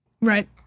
Right